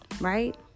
right